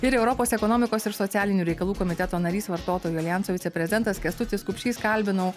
ir europos ekonomikos ir socialinių reikalų komiteto narys vartotojų aljanso viceprezidentas kęstutis kupšys kalbinau